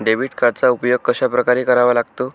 Debit कार्डचा उपयोग कशाप्रकारे करावा लागतो?